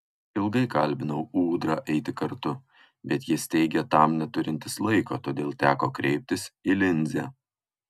ilgai kalbinau ūdrą eiti kartu bet jis teigė tam neturintis laiko todėl teko kreiptis į linzę